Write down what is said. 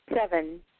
Seven